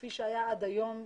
כפי שהיה עד היום,